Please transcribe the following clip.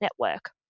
Network